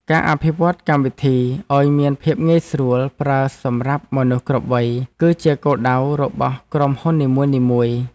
ការអភិវឌ្ឍន៍កម្មវិធីឱ្យមានភាពងាយស្រួលប្រើសម្រាប់មនុស្សគ្រប់វ័យ គឺជាគោលដៅរបស់ក្រុមហ៊ុននីមួយៗ។